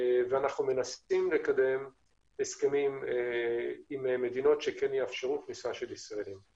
אנחנו מנסים לקדם הסכמים עם מדינות שכן יאפשרו כניסה של ישראלים.